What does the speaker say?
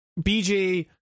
BJ